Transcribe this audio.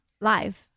live